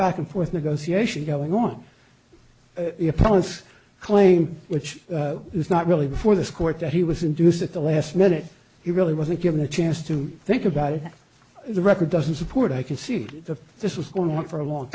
back and forth negotiation going on appellants claim which is not really before this court that he was induced at the last minute he really wasn't given a chance to think about it the record doesn't support i can see that this was going on for a long